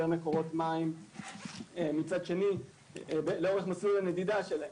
מקורות מים לאורך מסלול הנדידה שלהן.